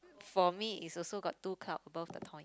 for me is also got two cloud above the